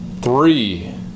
Three